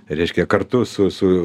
reiškia kartu su su